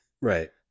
Right